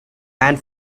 and